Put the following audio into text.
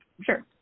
sure